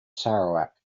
sarawak